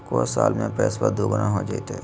को साल में पैसबा दुगना हो जयते?